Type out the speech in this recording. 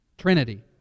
trinity